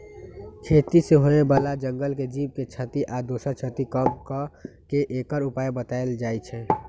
खेती से होय बला जंगल के जीव के क्षति आ दोसर क्षति कम क के एकर उपाय् बतायल जाइ छै